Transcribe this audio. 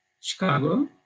Chicago